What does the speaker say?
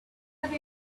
have